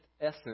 essence